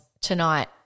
tonight